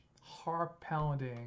heart-pounding